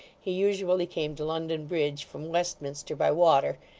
he usually came to london bridge from westminster by water,